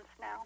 now